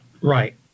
Right